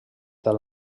del